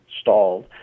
stalled